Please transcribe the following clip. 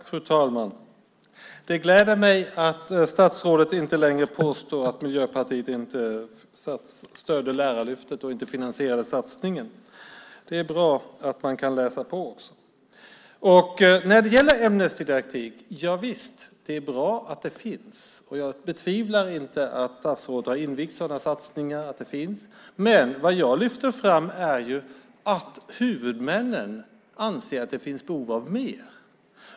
Fru talman! Det gläder mig att statsrådet inte längre påstår att Miljöpartiet inte stöder Lärarlyftet och inte finansierar satsningen. Det är bra att man kan läsa på. Det är bra att ämnesdidaktik finns, och jag betvivlar inte att statsrådet har sett till att sådana satsningar har gjorts. Men vad jag lyfter fram är att huvudmännen anser att det finns behov av mer.